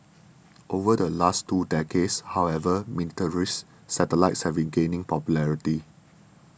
over the last two decades however miniaturised satellites have been gaining popularity